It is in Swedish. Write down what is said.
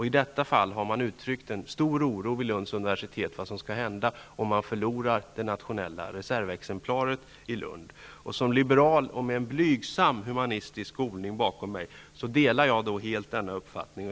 I detta fall har man vid Lunds universitet uttryckt en stor oro för vad som skall hända om man förlorar det nationella reservexemplaret i Lund. Som liberal, med en blygsam humanistisk skolning bakom mig, delar jag helt denna uppfattning.